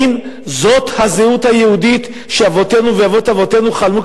האם זאת הזהות היהודית שאבותינו ואבות אבותינו חלמו,